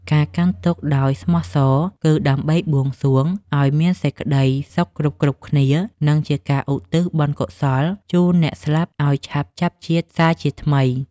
ការកាន់ទុក្ខដោយស្មោះសរគឺដើម្បីបួងសួងឱ្យមានសេចក្តីសុខគ្រប់ៗគ្នា និង ជាការឧទ្ទិសបុណ្យកុសលជូនអ្នកស្លាប់អោយឆាប់ចាប់ជាតិសារជាថ្មី។